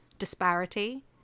disparity